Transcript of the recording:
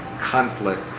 conflicts